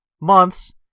months